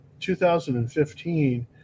2015